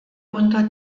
unter